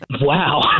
Wow